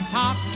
top